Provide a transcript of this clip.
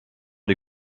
die